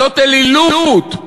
זאת אלילות.